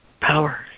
power